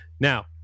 Now